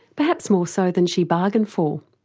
perhaps more so than she bargained for.